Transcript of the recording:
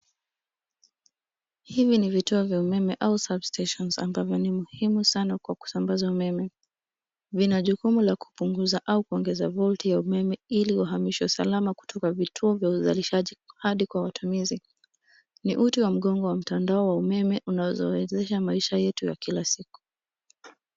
Hivi ni vituo vya umeme au substations ambavyo ni muhimu sana kwa kusambaza umeme. Vina jukumu la kupunguza au kuongeza volt ya umeme ili uhamishwe salama kutoka vituo vya uzalishaji hadi kwa watumizi. Ni uti wa mgongo wa mtandao wa umeme unaowezesha maisha yetu ya kila siku.